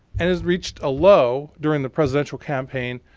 and has reached a low during the presidential campaign